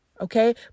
okay